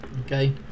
Okay